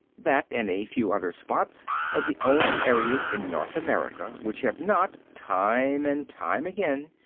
that and a few other spots are the only areas in north america which have not, time and time again,